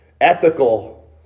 ethical